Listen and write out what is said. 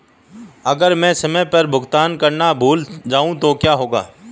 अगर मैं समय पर भुगतान करना भूल जाऊं तो क्या होगा?